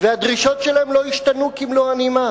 והדרישות שלהם לא השתנו כמלוא הנימה.